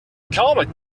comet